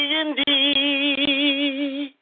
indeed